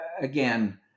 again